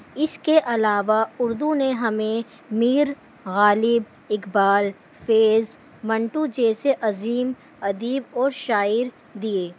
اس کے علاوہ اردو نے ہمیں میر غالب اقبال فیض منٹو جیسے عظیم ادیب اور شاعر دیے